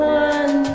one